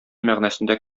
мәгънәсендә